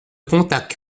pontacq